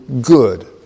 good